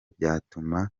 byatuma